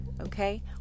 okay